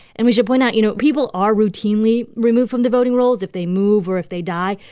and we should point out, you know, people are routinely removed from the voting rolls if they move or if they die.